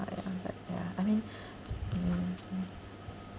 ah ya like ya I mean it's mm mm